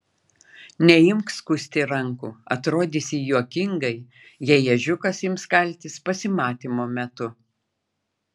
neimk skusti rankų atrodysi juokingai jei ežiukas ims kaltis pasimatymo metu